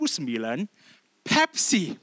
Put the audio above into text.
Pepsi